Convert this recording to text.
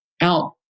out